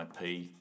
IP